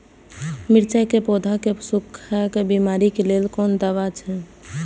मिरचाई के पौधा के सुखक बिमारी के लेल कोन दवा अछि?